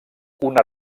una